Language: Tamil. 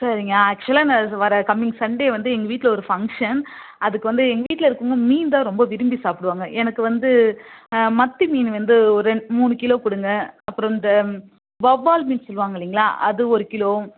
சரிங்க ஆக்ச்சுவலாக நான் வர கம்மிங் சண்டே வந்து எங்கள் வீட்டில் ஒரு ஃபங்க்ஷன் அதுக்கு வந்து எங்கள் வீட்டில் இருக்கிறவுங்க மீன்தான் ரொம்ப விரும்பி சாப்பிடுவாங்க எனக்கு வந்து மத்தி மீன் வந்து ஒரு ரெண்டு மூணு கிலோ கொடுங்க அப்புறம் இந்த வவ்வால் மீன் சொல்லுவாங்க இல்லைங்களா அது ஒரு கிலோ